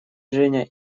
женя